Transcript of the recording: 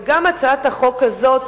וגם הצעת החוק הזאת,